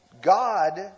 God